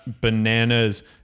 Bananas